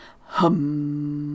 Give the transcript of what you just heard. hum